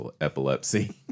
epilepsy